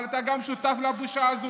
אבל גם אתה שותף לבושה הזאת.